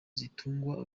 zitungwa